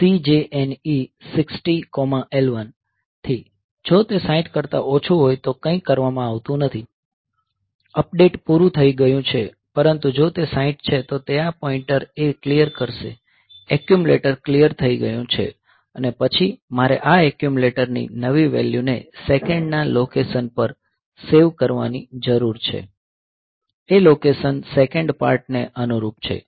CJNE 60L1 થી જો તે 60 કરતા ઓછું હોય તો કંઈ કરવામાં આવતું નથી અપડેટ પૂરું થઈ ગયું છે પરંતુ જો તે 60 છે તો તે આ પોઈન્ટ A ક્લીયર કરશે એક્યુમ્યુલેટર ક્લીયર થઈ ગયું છે અને પછી મારે આ એક્યુમ્યુલેટરની નવી વેલ્યુને સેકંડના લોકેશન પર સેવ કરવાની જરૂર છે એ લોકેશન સેકંડ પાર્ટ ને અનુરૂપ છે